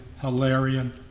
Hilarion